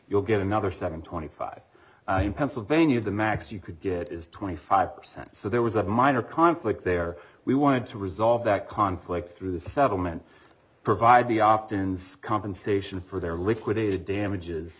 you'll get another seven twenty five pennsylvania the max you could get is twenty five percent so there was a minor conflict there we wanted to resolve that conflict through the settlement provided be opt in scum consideration for their liquidated damages